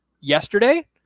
yesterday